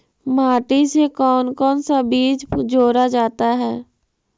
माटी से कौन कौन सा बीज जोड़ा जाता है?